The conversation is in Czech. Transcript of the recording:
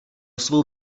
svou